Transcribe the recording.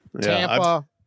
Tampa